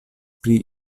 pri